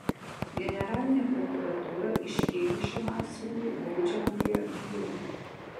generalinė prokuratūra iškėlė šiam asmeniui baudžiamąją bylą